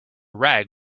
rag